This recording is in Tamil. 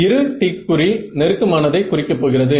இரு டிக் குறி நெருக்கமானதை குறிக்க போகிறது